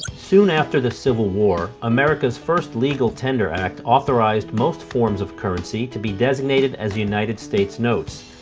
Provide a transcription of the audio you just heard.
soon after the civil war, america's first legal tender act authorized most forms of currency to be designated as united states notes,